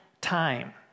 Time